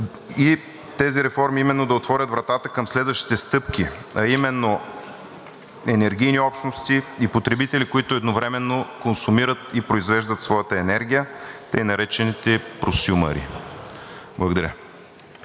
И тези реформи именно да отворят вратата към следващите стъпки, а именно енергийни общности и потребители, които едновременно консумират и произвеждат своята енергия, тъй наречените просюмъри. Благодаря.